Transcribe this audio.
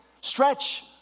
Stretch